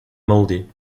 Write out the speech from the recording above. mouldy